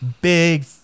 big